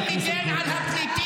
מחבל זה לערבים.